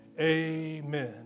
Amen